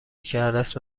کردست